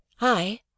I